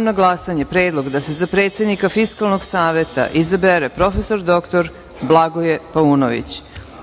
na glasanje Predlog da se za predsednika Fiskalnog Saveta izabere prof. dr Blagoje Paunović.